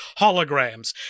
holograms